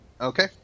Okay